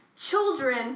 Children